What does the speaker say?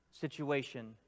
situation